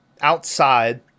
outside